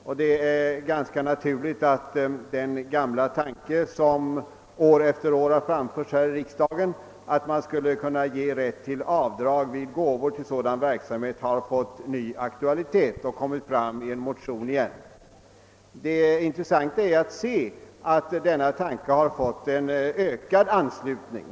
Det är därför ganska naturligt att den gamla tanke som år efter år har framförts här i riksdagen, att man skulle kunna införa rätt till avdrag vid inkomstbe skattningen för gåvor till allmännyttiga ändamål, har fått ny aktualitet och återigen förts fram motionsvägen. Det intressanta är att tanken vunnit ökad anslutning.